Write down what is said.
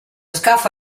scafo